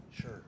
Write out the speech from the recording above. Sure